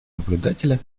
наблюдатели